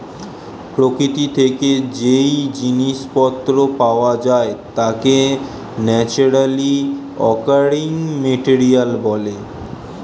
প্রকৃতি থেকে যেই জিনিস পত্র পাওয়া যায় তাকে ন্যাচারালি অকারিং মেটেরিয়াল বলে